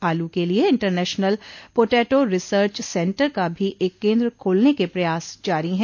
आलू के लिये इंटरनेशल पोटेटो रिसर्च सेन्टर का भी एक केन्द्र खोलने के प्रयास जारी है